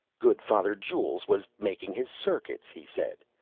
good father jules was making his circuits, he said.